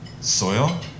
soil